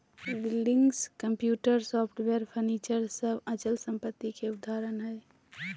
buildings, computer, software, furniture सब अचल संपत्ति के उदाहरण हय